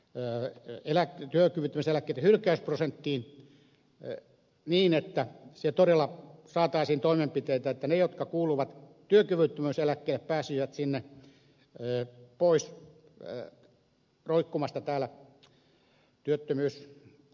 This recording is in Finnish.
l i elää kuin korkeaan työkyvyttömyyseläkkeitten hylkäysprosenttiin niin että todella saataisiin toimenpiteitä että ne jotka kuuluvat työkyvyttömyyseläkkeelle pääsisivät sinne pois roikkumasta työttömyyskortistoissa